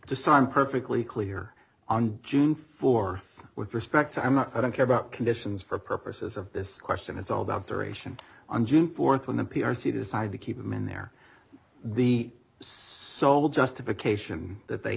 disarm perfectly clear on june fourth with respect i'm not i don't care about conditions for purposes of this question it's all about duration on june fourth when the p r c decided to keep him in there the sole justification that they